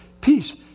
Peace